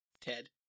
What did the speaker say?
Ted